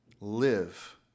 live